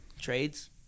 trades